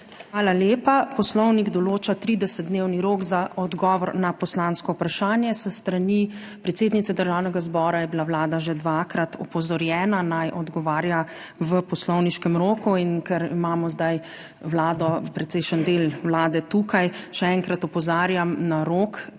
Hvala lepa. Poslovnik določa 30-dnevni rok za odgovor na poslansko vprašanje. S strani predsednice Državnega zbora je bila vlada že dvakrat opozorjena, naj odgovarja v poslovniškem roku. In ker imamo zdaj vlado, precejšen del vlade tukaj, še enkrat opozarjam na rok